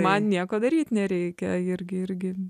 man nieko daryti nereikia irgi irgi